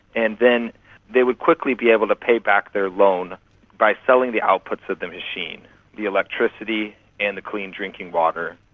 and then they would quickly be able to pay back their loan by selling the outputs of the machine the electricity and the clean drinking water.